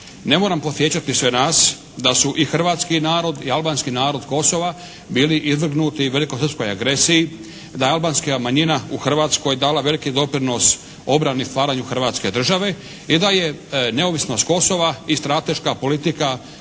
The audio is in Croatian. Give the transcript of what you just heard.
Ne moram podsjećati sve nas da su i hrvatski narod i albanski narod Kosova bili izvrgnuti velikosrpskoj agresiji. Da je albanska manjina u Hrvatskoj dala veliki doprinos obrani i stvaranju Hrvatske države i da je neovisnost Kosova i strateška politika